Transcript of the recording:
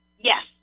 Yes